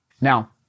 Now